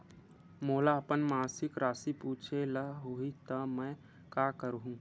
मोला अपन मासिक राशि पूछे ल होही त मैं का करहु?